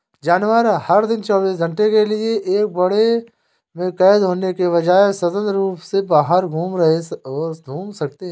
जानवर, हर दिन चौबीस घंटे के लिए एक बाड़े में कैद होने के बजाय, स्वतंत्र रूप से बाहर घूम सकते हैं